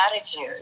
attitude